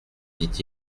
dit